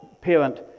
parent